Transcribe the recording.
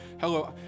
hello